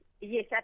Yes